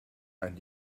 and